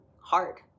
hard